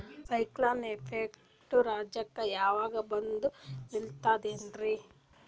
Cyclone effect ರಾಜ್ಯಕ್ಕೆ ಯಾವಾಗ ಬಂದ ನಿಲ್ಲತೈತಿ?